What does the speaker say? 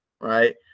Right